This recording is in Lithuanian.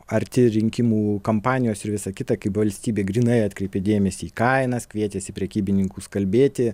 arti rinkimų kampanijos ir visą kitą kaip valstybė grynai atkreipė dėmesį į kainas kvietėsi prekybininkus kalbėti